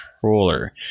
controller